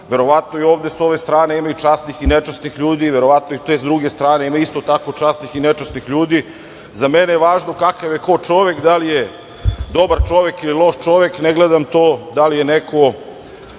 verovatno i ovde sa ove strane ima časnih i nečasnih ljudi, verovatno i sa te druge strane ima isto tako časnih i nečasnih ljudi. Za mene je važno kakav je ko čovek, da li je dobar čovek ili loš čovek, ne gledam ko je koje,